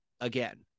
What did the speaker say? again